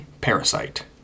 Parasite